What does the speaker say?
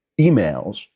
Emails